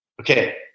okay